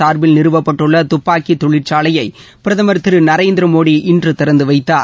சார்பில் நிறுவப்பட்டுள்ள துப்பாக்கி தொழிற்சாலையை பிரதமர் திரு நநரேந்திரமோடி இன்று திறந்து வைத்தார்